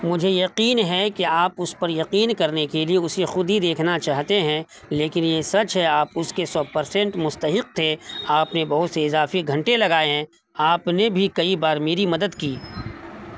مجھے یقین ہے کہ آپ اس پر یقین کرنے کے لیے اسے خود ہی دیکھنا چاہتے ہیں لیکن یہ سچ ہے آپ اس کے سو پرسنٹ مستحق تھے آپ نے بہت سے اضافی گھنٹے لگائے ہیں آپ نے بھی کئی بار میری مدد کی